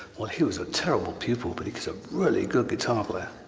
well, he was a terrible pupil, but he was a really good guitar player.